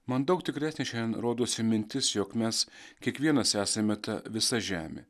man daug tikresnė šiandien rodosi mintis jog mes kiekvienas esame ta visa žemė